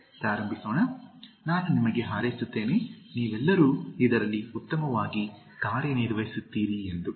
ಸರಿ ಪ್ರಾರಂಭಿಸೋಣ ನಾನು ನಿಮಗೆ ಹಾರೈಸುತ್ತೇನೆ ನೀವೆಲ್ಲರೂ ಇದರಲ್ಲಿ ಉತ್ತಮವಾಗಿ ಕಾರ್ಯನಿರ್ವಹಿಸುತ್ತೀರಿ ಎಂದು